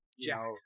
Jack